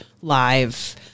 live